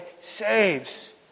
saves